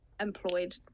employed